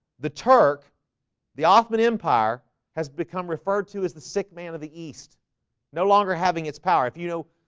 the turk the ottoman empire has become referred to as the sick man of the east no longer having its power if you know,